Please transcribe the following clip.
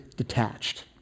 detached